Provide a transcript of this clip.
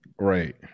right